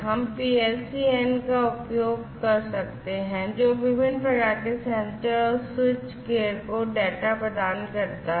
हम पीएलसी एन का उपयोग कर सकते हैं जो विभिन्न प्रकार के सेंसर और स्विच गियर को डेटा प्रदान करता है